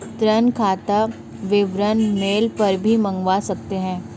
ऋण खाता विवरण मेल पर भी मंगवा सकते है